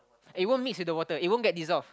it won't mix with the water it won't get dissolve